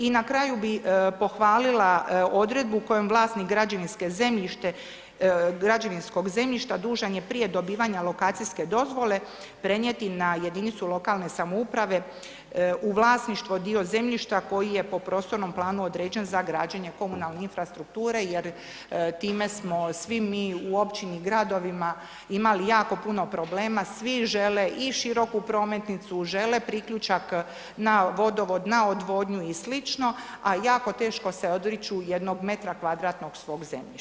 I na kraju bih pohvalila odredbu kojom vlasnik građevinskog zemljišta dužan je prije dobivanja lokacijske dozvole prenijeti na jedinicu lokalne samouprave u vlasništvo dio zemljišta koji je po prostornom planu određen za građenje komunalne infrastrukture jer time smo svi mi u općini i gradovima imali jako puno problema, svi žele i široku prometnicu, žele priključak na vodovod, na odvodnju i sl., a jako teško se odriču jednog metra kvadratnog svog zemljišta.